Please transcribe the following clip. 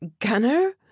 gunner